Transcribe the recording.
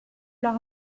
leur